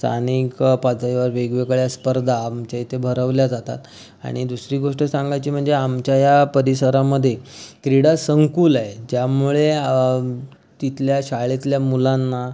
स्थानिक पातळीवर वेगवेगळ्या स्पर्धा आमच्या इथे भरवल्या जातात आणि दुसरी गोष्ट सांगायची म्हणजे आमच्या या परिसरामध्ये क्रीडा संकुल आहे ज्यामुळे तिथल्या शाळेतल्या मुलांना